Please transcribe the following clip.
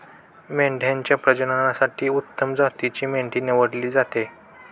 मेंढ्यांच्या प्रजननासाठी उत्तम जातीची मेंढी निवडली जाते